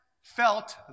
felt